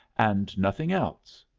and nothing else.